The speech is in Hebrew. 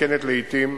ומתעדכנת לעתים,